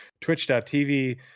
twitch.tv